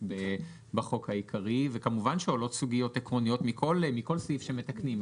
בחוק העיקרי וכמובן שעולות סוגיות עקרוניות מכל סעיף שמתקנים.